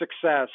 success